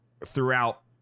throughout